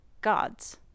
God's